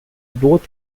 both